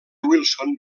wilson